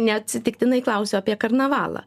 neatsitiktinai klausiau apie karnavalą